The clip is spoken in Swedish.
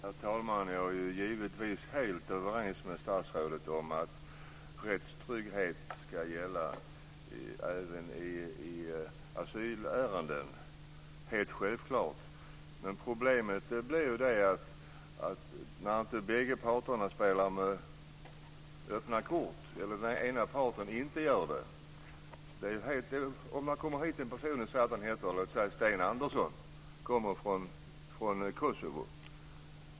Herr talman! Jag är givetvis helt överens med statsrådet om att rättstrygghet ska gälla även i asylärenden. Det är helt självklart. Men det blir ju problem när inte bägge parter spelar med öppna kort eller den ena parten inte gör det. Låt oss säga att det kommer hit en person som säger: Jag heter Sten Andersson och kommer från Kosovo.